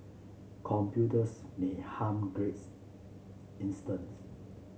computers may harm grades instance